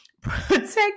protect